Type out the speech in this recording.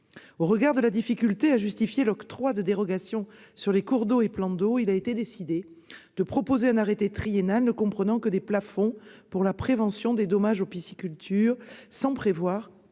Au regard de la difficulté à justifier l'octroi de dérogations sur les cours d'eau et plans d'eau, il a été décidé de proposer un arrêté triennal ne comprenant que des plafonds pour la prévention des dommages pour la pisciculture, sans prévoir